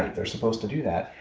they're supposed to do that,